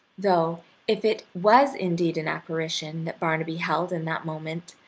though if it was indeed an apparition that barnaby beheld in that moment,